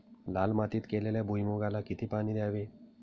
लाल मातीत केलेल्या भुईमूगाला किती पाणी द्यावे?